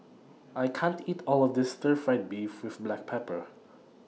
I can't eat All of This Stir Fried Beef with Black Pepper